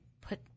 put